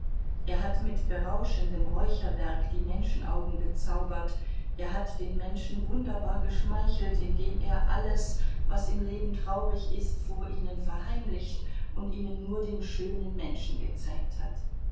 er hat mit berauschendem räucherwerk die menschenaugen bezaubert er hat den menschen wunderbar geschmeichelt indem er alles was im leben traurig ist vor ihnen verheimlicht und ihnen nur den schönen menschen gezeigt hat